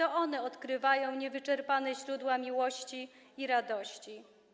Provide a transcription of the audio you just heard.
Osoby te odkrywają niewyczerpane źródła miłości i radości.